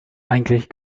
eigentlich